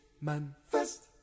manifest